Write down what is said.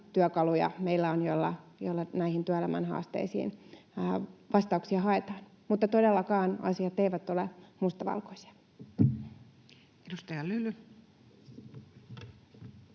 työkaluja, joilla näihin työelämän haasteisiin vastauksia haetaan. Mutta todellakaan asiat eivät ole mustavalkoisia. [Speech 237]